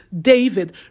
David